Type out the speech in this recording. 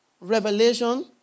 Revelation